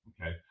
okay